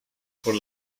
por